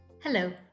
Hello